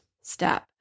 step